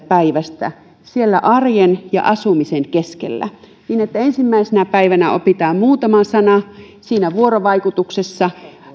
päivästä siellä arjen ja asumisen keskellä niin että ensimmäisenä päivänä opitaan muutama sana siinä vuorovaikutuksessa